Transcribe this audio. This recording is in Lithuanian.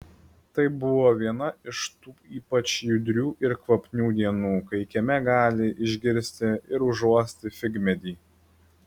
tai buvo viena iš tų ypač judrių ir kvapnių dienų kai kieme gali išgirsti ir užuosti figmedį